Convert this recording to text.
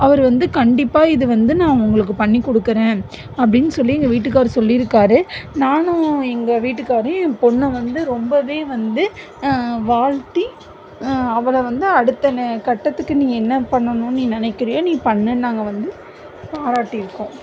அவர் வந்து கண்டிப்பாக இது வந்து நான் உங்களுக்கு பண்ணிக் கொடுக்குறேன் அப்படின்னு சொல்லி எங்கள் வீட்டுக்காரு சொல்லியிருக்காரு நானும் எங்கள் வீட்டுக்காரும் என் பொண்ணை வந்து ரொம்பவே வந்து வாழ்த்தி அவளை வந்து அடுத்த நு கட்டத்துக்கு நீ என்ன பண்ணணும் நீ நினைக்கிறியோ நீ பண்ணுன்னு நாங்கள் வந்து பாராட்டியிருக்கோம்